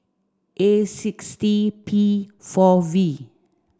A six T P four V